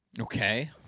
Okay